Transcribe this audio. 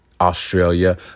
australia